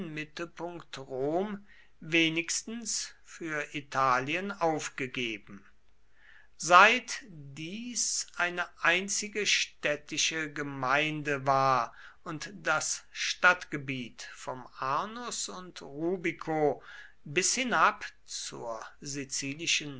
mittelpunkt rom wenigstens für italien aufgegeben seit dies eine einzige städtische gemeinde war und das stadtgebiet vom arnus und rubico bis hinab zur sizilischen